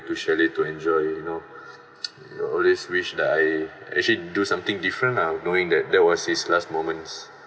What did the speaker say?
to chalet to enjoy you know always wished that I actually do something different lah knowing that that was his last moments